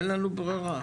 אין לנו ברירה.